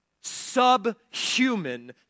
subhuman